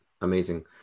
amazing